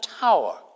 tower